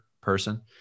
person